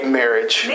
marriage